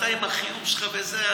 אתה עם החיוך שלך וזה,